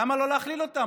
למה לא להכליל אותם?